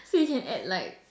so you can add like